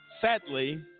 sadly